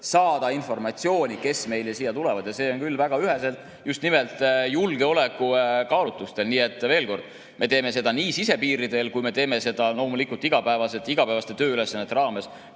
saada informatsiooni, kes siia tulevad. Seda tehakse väga üheselt just nimelt julgeolekukaalutlustel. Nii et veel kord: me teeme seda sisepiiridel ja me teeme seda loomulikult igapäevaste tööülesannete raames